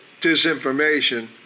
disinformation